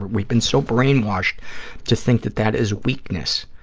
we've been so brainwashed to think that that is weakness.